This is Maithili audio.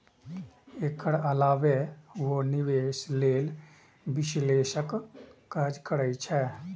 एकर अलावे ओ निवेश लेल विश्लेषणक काज करै छै